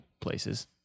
places